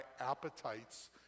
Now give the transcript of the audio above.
appetites